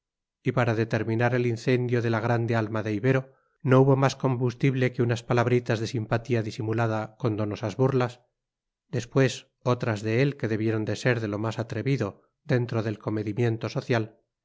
y para determinar el incendio de la grande alma de ibero no hubo más combustible que unas palabritas de simpatía disimulada con donosas burlas después otras de él que debieron de ser de lo más atrevido dentro del comedimiento social